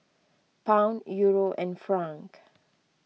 Pound Euro and franc